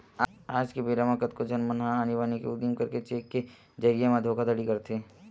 आज के बेरा म कतको झन मन ह आनी बानी के उदिम करके चेक के जरिए म धोखाघड़ी करथे